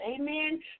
amen